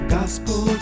Gospel